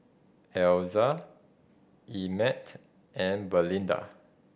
Elza Emett and Belinda